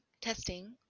testing